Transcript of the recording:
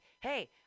hey